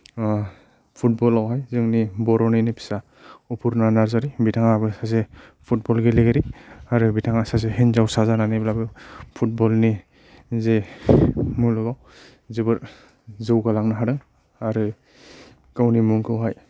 फुटबलावहाय जोंनि बर'निनो फिसा अपुर्ना नार्जारी बिथांआबो सासे फुटबल गेलेगिरि आरो बिथांआ सासे हिनजावसा जानानैब्लाबो फुटबलनि जे मुलुगाव जोबोर जौगालांनो हादों आरो गावनि मुंखौहाय